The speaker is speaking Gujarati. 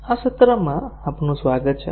આ સત્રમાં આપનું સ્વાગત છે